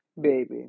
baby